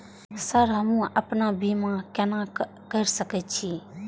Sir हमू अपना बीमा केना कर सके छी?